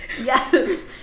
Yes